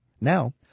now